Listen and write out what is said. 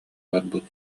барбыт